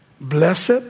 Blessed